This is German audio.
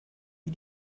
wie